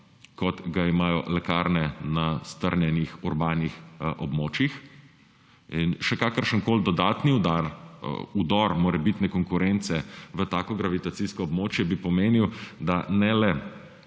kot ga imajo lekarne na strnjenih urbanih območjih. Še kakršenkoli dodatni udor morebitne konkurence v tako gravitacijsko območje bi pomenil ne le,